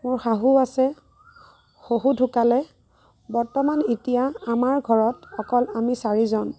মোৰ শাহু আছে শহুৰ ঢুকালে বৰ্তমান এতিয়া আমাৰ ঘৰত অকল আমি চাৰিজন